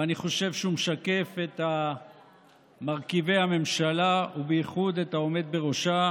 ואני חושב שהוא משקף את מרכיבי הממשלה ובייחוד את העומד בראשה: